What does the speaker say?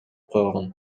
койгон